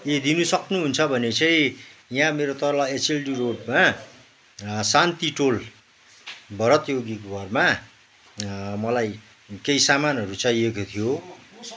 ए दिनु सक्नुहुन्छ भने चाहिँ यहाँ मेरो तल एसएलडी रोडमा हा शान्ति टोल भरत योगीको घरमा मलाई केही सामानहरू चाहिएको थियो